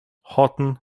houghton